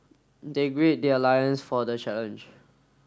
they grid their lions for the challenge